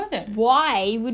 kita scared of height